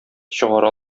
чыгара